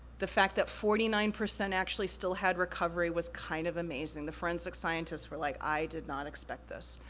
the fact that forty nine percent actually still had recovery was kind of amazing, the forensic scientists were like, i did not expect this.